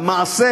המעשה